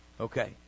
Okay